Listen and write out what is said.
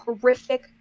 horrific